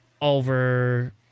over